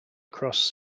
across